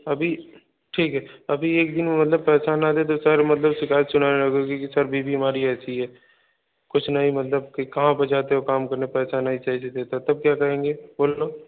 अभी ठीक है अभी एक दिन मतलब पहचान ना दे सारे मतलब शिकायत चला कई सर बीवी हमारी ऐसी है कुछ नहीं मतलब कि कहाँ पर जाते हो काम करने पैसा नहीं चाहिए देता तब क्या करेंगे बोलो तो